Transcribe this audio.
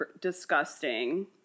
disgusting